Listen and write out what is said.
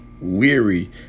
weary